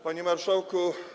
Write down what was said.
Panie Marszałku!